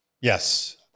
yes